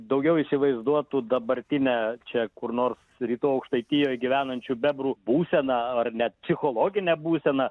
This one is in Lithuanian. daugiau įsivaizduotų dabartinę čia kur nors rytų aukštaitijoj gyvenančių bebrų būseną ar net psichologinę būseną